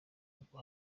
bwo